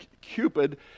Cupid